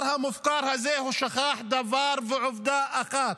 השר המופקר הזה שכח דבר אחד ועובדה אחת,